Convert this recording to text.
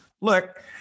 look